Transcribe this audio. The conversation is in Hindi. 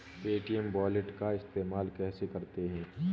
पे.टी.एम वॉलेट का इस्तेमाल कैसे करते हैं?